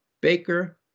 Baker